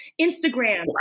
Instagram